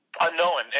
unknown